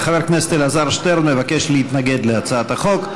חבר הכנסת אלעזר שטרן מבקש להתנגד להצעת החוק.